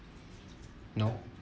no